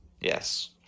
Yes